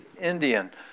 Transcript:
Indian